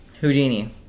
Houdini